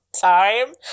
time